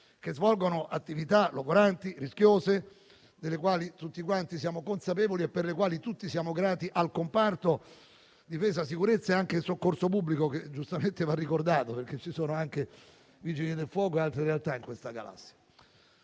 che svolgono attività logoranti e rischiose delle quali tutti quanti siamo consapevoli e per le quali tutti siamo grati al comparto difesa, sicurezza e anche soccorso pubblico (che giustamente va ricordato perché ci sono anche Vigili del fuoco e altre realtà in questa galassia).